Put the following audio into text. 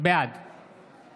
בעד